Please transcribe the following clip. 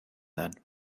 then